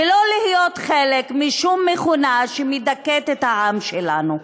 ולא להיות חלק משום מכונה שמדכאת את העם שלנו.